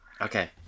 Okay